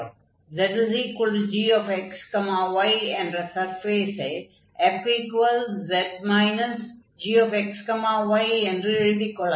zgxy என்ற சர்ஃபேஸை fz gxy என்று எழுதிக் கொள்ளலாம்